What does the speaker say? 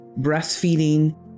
breastfeeding